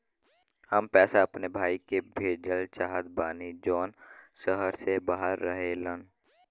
हम पैसा अपने भाई के भेजल चाहत बानी जौन शहर से बाहर रहेलन